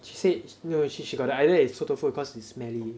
she said no no no she got the idea it's 臭豆腐 cause it's smelly